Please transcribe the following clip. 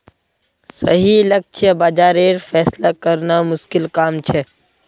सही लक्ष्य बाज़ारेर फैसला करना मुश्किल काम छे